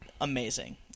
amazing